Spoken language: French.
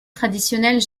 traditionnelle